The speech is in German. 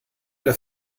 der